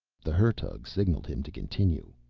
the hertug signaled him to continue.